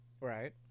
Right